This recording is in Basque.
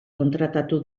kontratatu